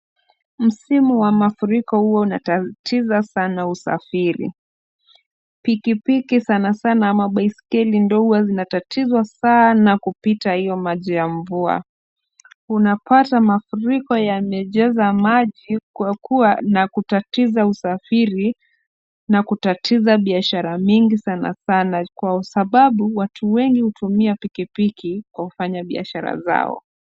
Msimu wa mafuriko huwa unatatiza sana usafiri, pikipiki sana sana ama baiskeli ndio huwa zinatatizwa sana kupita hiyo maji ya mvua. Unapata mafuriko yamejaza maji kwa kuwa na kutatiza usafiri na kutatiza biashara mingi sana sana kwa sababu watu wengi hutumia pikipiki kwa kufanya biashara zao.